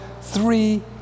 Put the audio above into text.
three